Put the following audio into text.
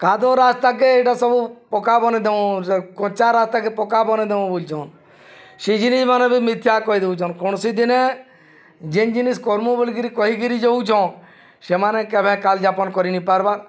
କାଦୁଅ ରାସ୍ତାକେ ଏଇଟା ସବୁ ପକାବନ ଦଉ କଚା ରାସ୍ତାକେ ପକାବନ ଦଉ ବୋଲୁଛନ୍ ସେ ଜିନିଷ୍ମାନ ବି ମିଥ୍ୟା କହିଦେଉଛନ୍ କୌଣସି ଦିନେ ଯେନ୍ ଜିନିଷ୍ କର୍ମୁ ବୋଲିକିରି କହିକିରି ଯାଉଛନ୍ଁ ସେମାନେ କେବେ କାଲଯାପନ କରିନାଇଁ ପାର୍ବା